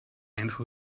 einfach